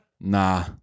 Nah